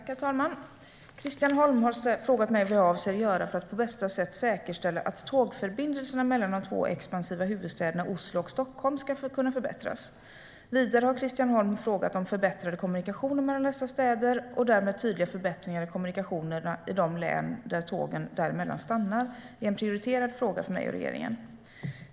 Herr talman! Christian Holm har frågat mig vad jag avser att göra för att på bästa sätt säkerställa att tågförbindelserna mellan de två expansiva huvudstäderna Oslo och Stockholm ska kunna förbättras. Vidare har Christian Holm frågat om förbättrade kommunikationer mellan dessa städer - och därmed tydliga förbättringar i kommunikationerna i de län där tågen däremellan stannar - är en prioriterad fråga för mig och regeringen.